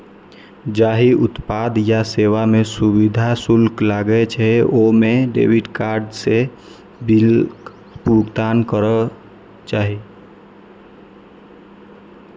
जाहि उत्पाद या सेवा मे सुविधा शुल्क लागै छै, ओइ मे डेबिट कार्ड सं बिलक भुगतान करक चाही